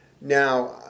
now